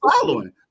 following